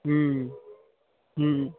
ہوں ہوں